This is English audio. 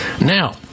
Now